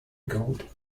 gold